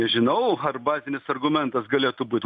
žinau arba etinis argumentas galėtų būt